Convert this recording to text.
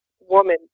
woman